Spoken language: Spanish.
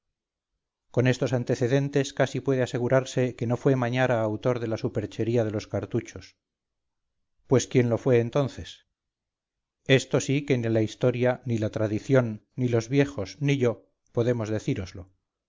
con estos antecedentes casi puede asegurarse que no fue mañara autor de la superchería de los cartuchos pues quién lo fue entonces esto sí que ni la historia ni la tradición ni los viejos ni yo podemos